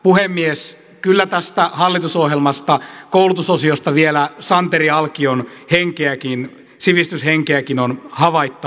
puhemies kyllä tästä hallitusohjelmasta koulutusosiosta vielä santeri alkion henkeäkin sivistyshenkeäkin on havaittavissa